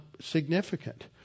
significant